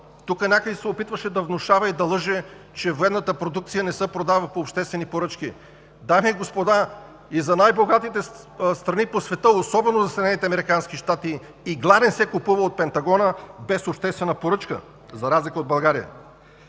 Тук някой се опитваше да внушава и да лъже, че военната продукция не се продава по обществени поръчки. Дами и господа, и за най-богатите страни по света, особено за Съединените американски щати, игла не се купува от Пентагона без обществена поръчка, за разлика от България.